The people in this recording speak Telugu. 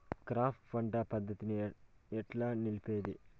క్రాప్ పంట పద్ధతిని ఎట్లా నిలిపేది?